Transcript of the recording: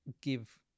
give